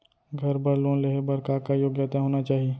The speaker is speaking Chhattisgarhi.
घर बर लोन लेहे बर का का योग्यता होना चाही?